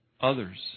others